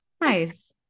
Nice